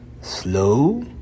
Slow